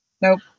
Nope